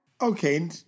Okay